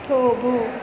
થોભો